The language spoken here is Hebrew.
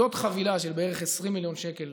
זאת חבילה של בערך 20 מיליון שקל